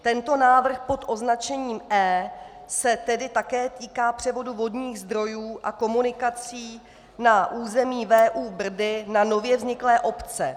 Tento návrh pod označením E se tedy také týká převodu vodních zdrojů a komunikací na území VÚ Brdy na nově vzniklé obce.